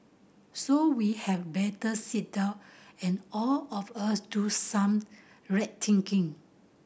so we had better sit down and all of us do some rethinking